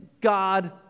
God